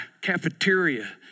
cafeteria